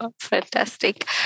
Fantastic